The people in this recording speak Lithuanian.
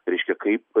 reiškia kaip